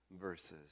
verses